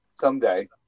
someday